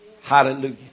Hallelujah